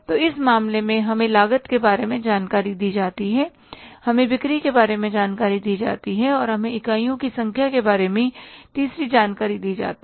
तो इस मामले में हमें लागत के बारे में जानकारी दी जाती है हमें बिक्री के बारे में जानकारी दी जाती है और हमें इकाइयों की संख्या के बारे में तीसरी जानकारी दी जाती है